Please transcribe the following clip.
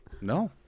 No